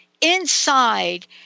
inside